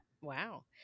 Wow